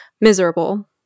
miserable